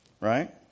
right